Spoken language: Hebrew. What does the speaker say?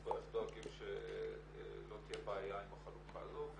איך דואגים שלא תהיה בעיה עם החלוקה הזו.